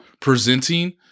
presenting